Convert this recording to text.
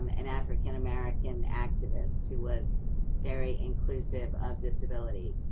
um an african-american activist who was very inclusive of disability.